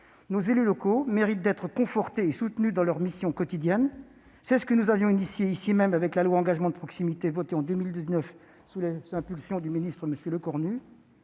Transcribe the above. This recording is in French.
nos élus locaux méritent d'être confortés et soutenus dans leur mission quotidienne. C'est ce que nous avons mis en oeuvre ici même avec la loi Engagement et proximité, votée en 2019 sous l'impulsion du ministre M. Lecornu.